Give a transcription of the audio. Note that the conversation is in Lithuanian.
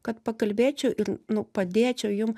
kad pakalbėčiau ir nu padėčiau jum